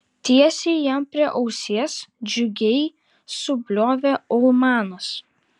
tiesiai jam prie ausies džiugiai subliovė ulmanas